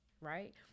right